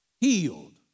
healed